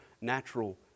natural